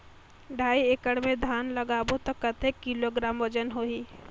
ढाई एकड़ मे धान लगाबो त कतेक किलोग्राम वजन होही?